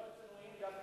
מה בוחרייך אומרים עלייך?